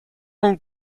old